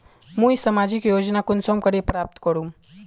मुई सामाजिक योजना कुंसम करे प्राप्त करूम?